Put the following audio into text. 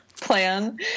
plan